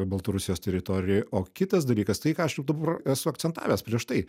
baltarusijos teritorijoj o kitas dalykas tai ką aš dabar esu akcentavęs prieš tai